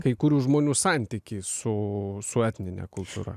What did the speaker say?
kai kurių žmonių santykį su su etnine kultūra